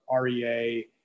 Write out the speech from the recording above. REA